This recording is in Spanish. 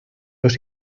dos